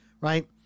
Right